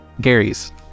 Gary's